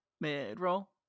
mid-roll